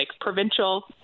provincial